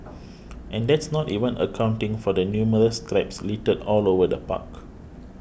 and that's not even accounting for the numerous traps littered all over the park